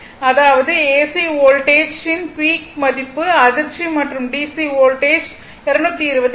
அதாவது AC voltage ல் peak மதிப்பு அதிர்ச்சி மற்றும் DC வோல்டேஜ் 220 கிடைக்கும்